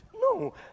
No